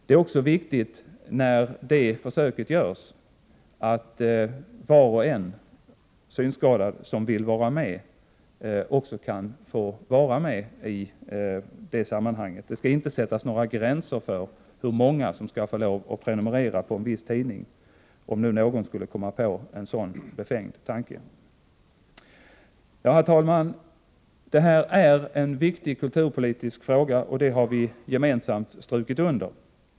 Det är också viktigt när det försöket görs att var och en synskadad som vill vara med också kan få vara med i sammanhanget. Det skall inte sättas några gränser för hur många som skall få lov att prenumerera på en viss tidning, om någon skulle komma på en sådan befängd tanke. Herr talman! Detta är en viktig kulturpolitisk fråga. Det har vi gemensamt strukit under.